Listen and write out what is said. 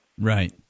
Right